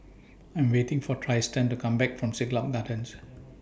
I Am waiting For Tristian to Come Back from Siglap Gardens